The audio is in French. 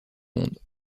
monde